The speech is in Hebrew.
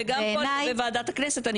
וגם פה בוועדת הכנסת,